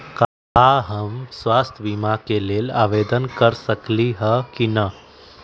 का हम स्वास्थ्य बीमा के लेल आवेदन कर सकली ह की न?